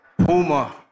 Puma